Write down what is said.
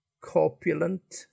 corpulent